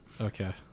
Okay